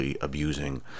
Abusing